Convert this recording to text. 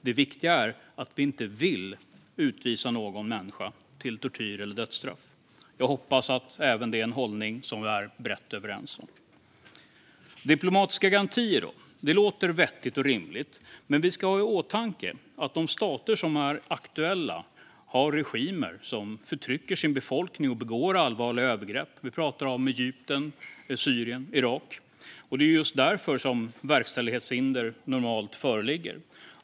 Det viktiga är att vi inte vill utvisa någon människa till tortyr eller dödsstraff. Jag hoppas att även detta är en hållning som vi är brett överens om. Diplomatiska garantier låter vettigt och rimligt, men vi ska ha i åtanke att de stater som är aktuella har regimer som förtrycker sin befolkning och begår allvarliga övergrepp. Vi talar om Egypten, Syrien, Irak. Det är just därför verkställighetshinder normalt föreligger.